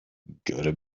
gotta